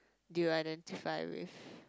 do you identify with